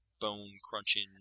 bone-crunching